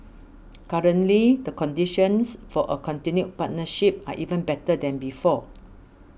currently the conditions for a continued partnership are even better than before